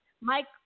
Mike